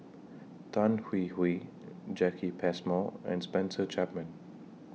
Tan Hwee Hwee Jacki Passmore and Spencer Chapman